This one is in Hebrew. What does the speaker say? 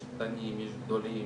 יש קטנים, יש גדולים,